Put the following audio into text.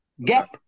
Gap